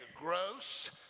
Gross